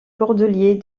cordeliers